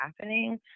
happening